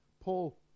Paul